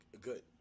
good